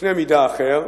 בקנה מידה אחר,